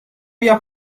بیا